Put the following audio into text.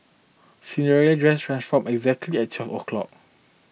Cinderella dress transformed exactly at twelve o'clock